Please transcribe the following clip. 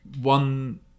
One